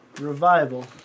Revival